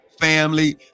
family